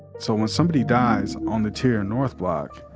so when somebody dies on the tier in north block,